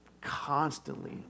Constantly